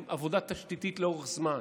עם עבודה תשתיתית לאורך זמן,